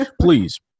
please